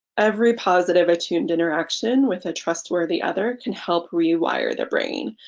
every positive attuned interaction with a trustworthy other can help rewire the brain.